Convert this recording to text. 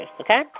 Okay